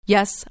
Yes